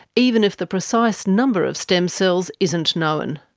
even if the precise number of stem cells isn't known.